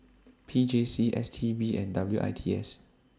P J C S T B and W I T S